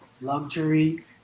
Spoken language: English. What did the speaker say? Luxury